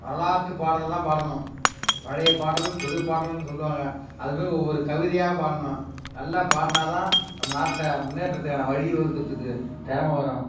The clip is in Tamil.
வரலாற்று பாடல் தான் பாடணும் பழைய பாடல் புது பாடல்ன்னு சொல்லுவாங்க அதுமாதிரி ஒவ்வொரு கவிதையாக பாடணும் நல்லா பாடினா தான் நம்ம நாட்டில் முன்னேற்றத்துக்கான வழி வகுக்கிறத்துக்கு திறம வரும்